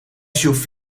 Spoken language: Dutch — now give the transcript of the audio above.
suv